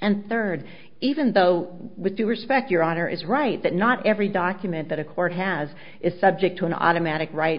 and third even though with due respect your honor is right that not every document that a court has is subject to an automatic right